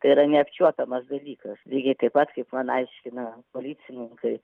tai yra neapčiuopiamas dalykas lygiai taip pat kaip man aiškina policininkai